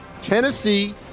Tennessee